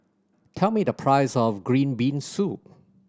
tell me the price of green bean soup